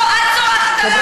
לא, את צורחת עלי.